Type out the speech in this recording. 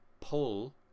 pull